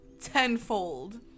tenfold